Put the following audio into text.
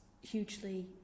hugely